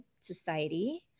society